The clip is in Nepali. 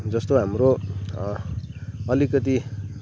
जस्तो हाम्रो अलिकति